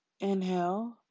Inhale